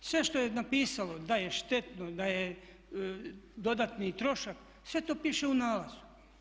Sve što je napisano da je štetno, da je dodatni trošak sve to piše u nalazu.